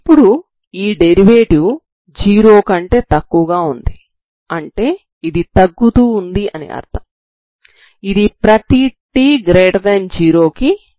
ఇప్పుడు ఈ డెరివేటివ్ 0 కంటే తక్కువగా ఉంది అంటే ఇది తగ్గుతూ ఉంది అని అర్థం ఇది ప్రతి t0 కి నిజమవుతుంది